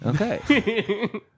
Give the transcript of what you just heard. Okay